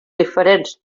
diferents